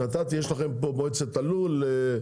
יש לכם פה מועצת הלול,